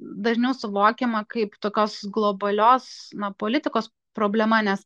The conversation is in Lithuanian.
dažniau suvokiama kaip tokios globalios politikos problema nes